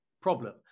problem